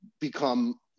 become